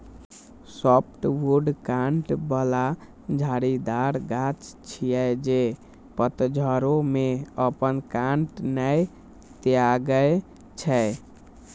softwood कांट बला झाड़ीदार गाछ छियै, जे पतझड़ो मे अपन कांट नै त्यागै छै